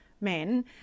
men